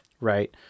right